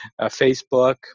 Facebook